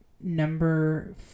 number